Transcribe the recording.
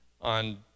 on